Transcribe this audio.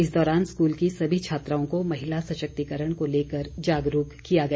इस दौरान स्कूल की सभी छात्राओं को महिला सशक्तिकरण को लेकर जागरूक किया गया